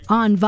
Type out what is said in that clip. on